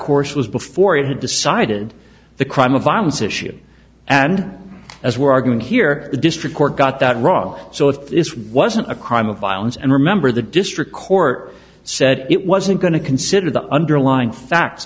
course was before it had decided the crime of violence issue and as we're arguing here the district court got that wrong so if this wasn't a crime of violence and remember the district court said it wasn't going to consider the underlying facts